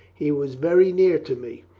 he was very near to me.